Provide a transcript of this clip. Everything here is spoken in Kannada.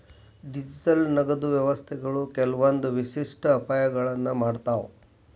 ಡಿಜಿಟಲ್ ನಗದು ವ್ಯವಸ್ಥೆಗಳು ಕೆಲ್ವಂದ್ ವಿಶಿಷ್ಟ ಅಪಾಯಗಳನ್ನ ಮಾಡ್ತಾವ